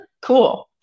Cool